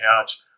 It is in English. couch